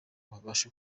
babashe